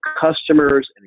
customers